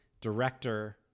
director